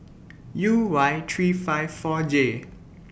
U Y three five four J